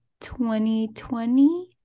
2020